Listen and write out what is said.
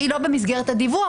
שהיא לא במסגרת הדיווח,